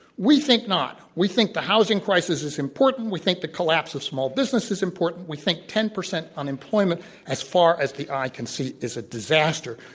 we think not. we think the housing crisis is important, we think the collapse of small business is important, we think ten percent unemployment as far as the eye can see is a disaster.